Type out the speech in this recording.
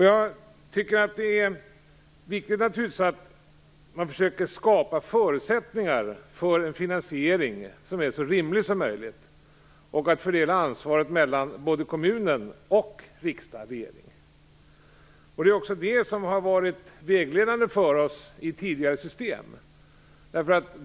Jag tycker naturligtvis att det är viktigt att man försöker skapa förutsättningar för en finansiering som är så rimlig som möjligt, och att fördela ansvaret mellan kommunen och riksdag/regering. Det är också det som har varit vägledande för oss i tidigare system.